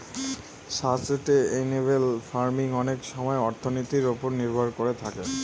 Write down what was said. sustainable farming অনেক সময় অর্থনীতির ওপর নির্ভর করে থাকে